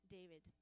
David